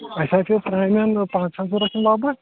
اَسہِ حظ چھ ترٛامٮ۪ن پَنٛژاہَن ضروٗرت یہِ لگ بگ